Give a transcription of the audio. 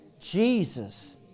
Jesus